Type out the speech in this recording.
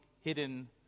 hidden